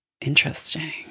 Interesting